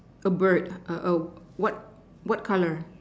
a bird a a what what colour